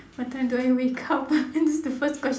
what time do I wake up that's the first quest~